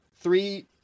three